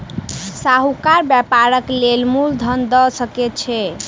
साहूकार व्यापारक लेल मूल धन दअ सकै छै